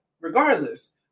regardless